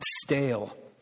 stale